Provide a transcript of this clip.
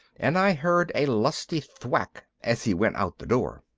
and i'd heard a lusty thwack as he went out the door.